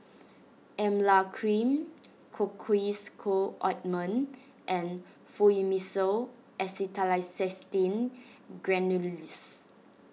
Emla Cream Cocois Co Ointment and Fluimucil Acetylcysteine Granules